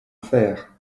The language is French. faire